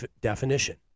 definition